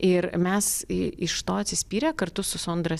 ir mes iš to atsispyrę kartu su sondra